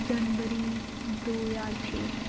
ਜਨਵਰੀ ਦੋ ਹਜ਼ਾਰ ਛੇ